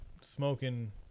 smoking